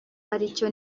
aricyo